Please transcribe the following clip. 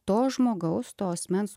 to žmogaus to asmens